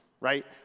Right